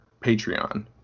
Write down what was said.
Patreon